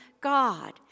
God